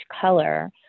color